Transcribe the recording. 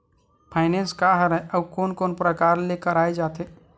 Finance का हरय आऊ कोन कोन प्रकार ले कराये जाथे?